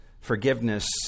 forgiveness